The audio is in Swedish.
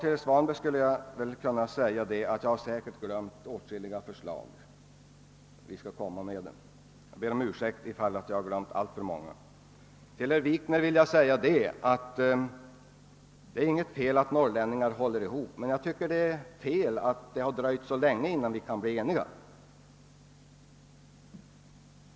Till herr Svanberg skulle jag kunna säga att jag säkert glömt åtskilliga förslag. Jag ber om ursäkt ifall jag har glömt alltför många. Till herr Wikner vill jag säga, att det är inget fel att norrlänningar håller samman. Men jag tycker det är fel att det dröjt så länge innan vi kunnat bli eniga.